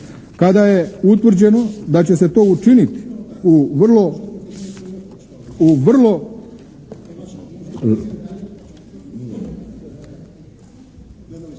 Kada je utvrđeno da će se to učiniti u vrlo…